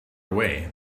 away